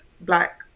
black